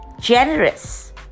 generous